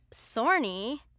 Thorny